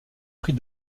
prix